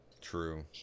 True